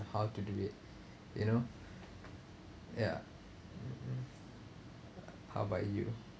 how to do it you know ya how about you